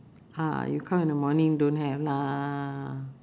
ah you come in the morning don't have lah